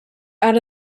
out